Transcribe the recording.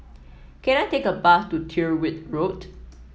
can I take a bus to Tyrwhitt Road